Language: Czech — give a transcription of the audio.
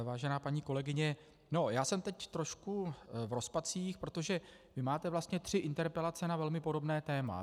Vážená paní kolegyně, já jsem teď trošku v rozpacích, protože vy máte vlastně tři interpelace na velmi podobné téma.